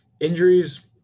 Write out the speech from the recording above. injuries